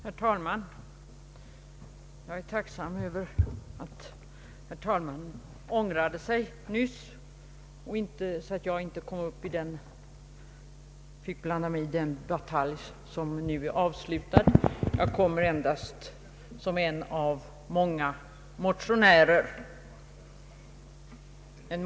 Herr talman! Jag är tacksam gentemot herr talmannen för att jag inte behövde blanda mig i den batalj som nu är avslutad. Jag står här i talarstolen som en av många motionärer.